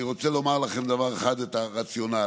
אני רוצה לומר לכם דבר אחד, את הרציונל.